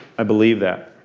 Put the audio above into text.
i believe that.